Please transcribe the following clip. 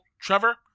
Trevor